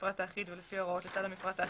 המפרט האחיד ולפי ההוראות לצד המפרט האחיד,